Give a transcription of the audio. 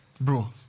bro